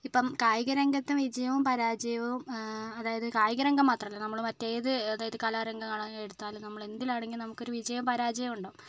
ഇപ്പം കായിക രംഗത്ത് വിജയവും പരാജയവും അതായത് കായിക രംഗം മാത്രല്ല നമ്മള് മറ്റേത് അതായത് കലാരംഗം ആണ് എടുത്താലും നമ്മളെന്തിലാണെങ്കിലും നമുക്ക് ഒരു വിജയവും പരാജയവും ഉണ്ടാകും